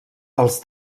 els